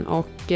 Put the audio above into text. och